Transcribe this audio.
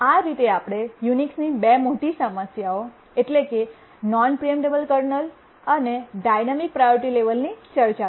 આ રીતે આપણે યુનિક્સની બે મોટી સમસ્યાઓ એટલે કે નોન પ્રીએમ્પટેબલ કર્નલ અને ડાયનામિક પ્રાયોરિટી લેવલની ચર્ચા કરી